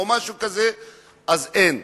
אז אין,